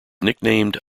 nicknamed